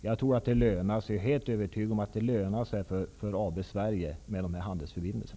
Jag är helt övertygad om att det lönar sig för AB Sverige med dessa handelsförbindelser.